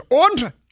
Und